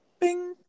Bing